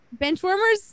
Benchwarmers